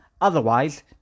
otherwise